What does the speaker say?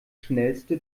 schnellste